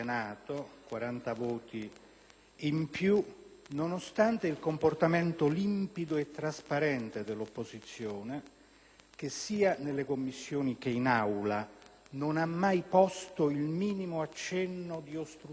in più - e nonostante il comportamento limpido e trasparente dell'opposizione, che sia nelle Commissioni che in Aula non ha mai fatto il minimo accenno di ostruzionismo (addirittura neanche